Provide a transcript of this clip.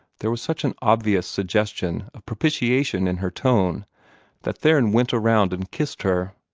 there was such an obvious suggestion of propitiation in her tone that theron went around and kissed her.